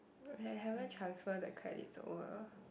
h~ haven't transfer the credits over